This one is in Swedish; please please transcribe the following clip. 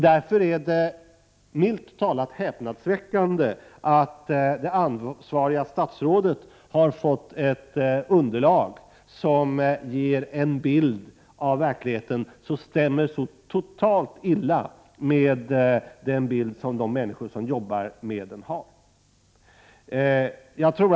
Därför är det milt sagt häpnadsväckande att det ansvariga statsrådet har fått ett underlag, som ger en bild av verkligheten som stämmer så utomordentligt illa med den bild som de människor som jobbar med de här frågorna har.